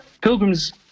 pilgrims